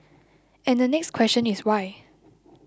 and the next question is why